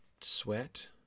Sweat